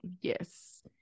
yes